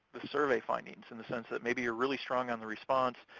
the survey findings, in the sense that maybe you're really strong on the response,